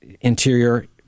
interior